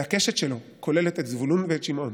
והקשת שלו כוללת את זבולון ואת שמעון,